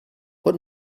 what